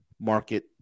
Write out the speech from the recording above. market